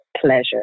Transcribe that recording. pleasure